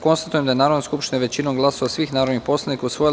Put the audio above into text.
Konstatujem da je Narodna skupština većinom glasova svih narodnih poslanika usvojila